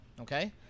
okay